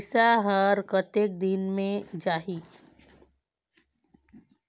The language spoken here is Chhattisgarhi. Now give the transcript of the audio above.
पइसा हर कतेक दिन मे जाही?